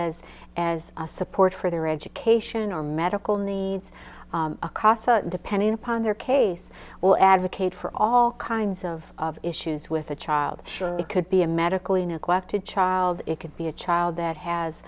as as a support for their education or medical needs depending upon their case will advocate for all kinds of issues with a child sure it could be a medically neglected child it could be a child that